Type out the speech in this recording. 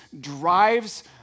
drives